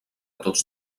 tots